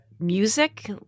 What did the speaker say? Music